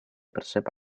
percep